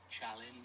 challenge